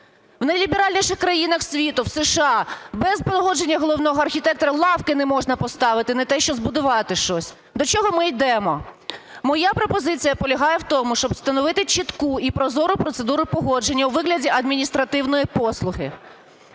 В найліберальніших країнах світу, в США без погодження головного архітектора лавки не можна поставити, не те, що збудувати щось. До чого ми йдемо? Моя пропозиція полягає в тому, щоб встановити чітку і прозору процедуру погодження у вигляді адміністративної послуги.